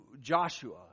Joshua